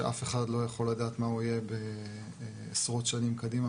שאף אחד לא יכול לדעת מה הוא יהיה בעשרות שנים קדימה,